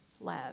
love